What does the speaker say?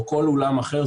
או כל אולם אחר.